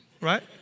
Right